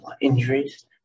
injuries